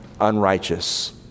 unrighteous